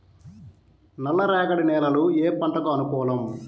నల్లరేగడి నేలలు ఏ పంటలకు అనుకూలం?